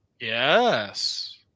Yes